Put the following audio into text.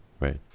right